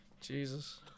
jesus